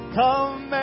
come